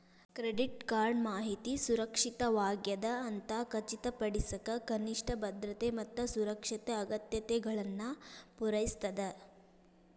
credit card ಮಾಹಿತಿ ಸುರಕ್ಷಿತವಾಗ್ಯದ ಅಂತ ಖಚಿತಪಡಿಸಕ ಕನಿಷ್ಠ ಭದ್ರತೆ ಮತ್ತ ಸುರಕ್ಷತೆ ಅಗತ್ಯತೆಗಳನ್ನ ಪೂರೈಸ್ತದ